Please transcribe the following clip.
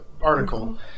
article